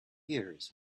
years